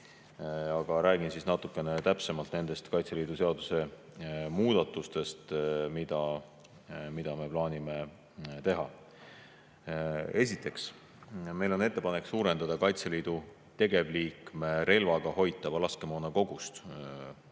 Räägin natuke täpsemalt Kaitseliidu seaduse muudatustest, mida me plaanime teha. Esiteks, meil on ettepanek suurendada Kaitseliidu tegevliikme relvaga hoitava laskemoona kogust.